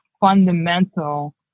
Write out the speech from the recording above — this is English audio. fundamental